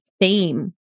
theme